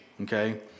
okay